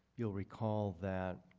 you will recall that